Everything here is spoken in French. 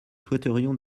souhaiterions